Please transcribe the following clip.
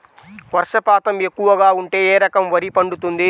వర్షపాతం ఎక్కువగా ఉంటే ఏ రకం వరి పండుతుంది?